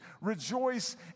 Rejoice